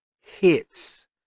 hits